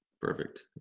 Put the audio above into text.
Perfect